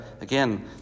again